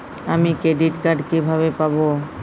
আমি credit card কিভাবে পাবো?